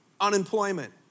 unemployment